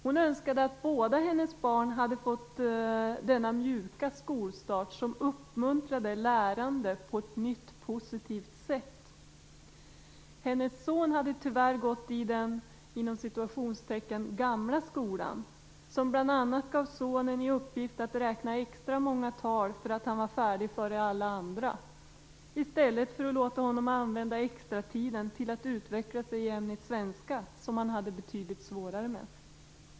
Hon önskade att båda hennes barn skulle ha fått denna mjuka skolstart som uppmuntrar lärande på ett nytt och positivt sätt. Hennes son hade tyvärr gått i den "gamla" skolan som bl.a. gav sonen i uppgift att räkna extra många tal för att han var färdig före alla andra i stället för att låta honom använda extratiden till att utveckla sig i ämnet svenska, som han hade betydligt svårare med.